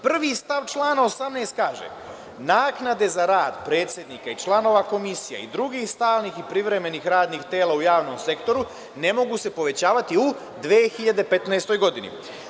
Prvi stav člana 18. kaže: „Naknade za rad predsednika i članova komisija i drugih stalnih i privremenih radnih tela u javnom sektoru ne mogu se povećavati u 2015. godini“